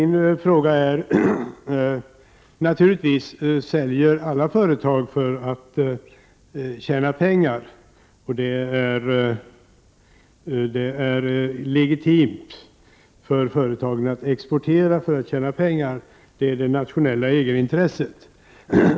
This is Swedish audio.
Naturligtvis säljer alla företag för att tjäna pengar, och det är legitimt för företagen att exportera för att tjäna pengar — det är det nationella egenintresset.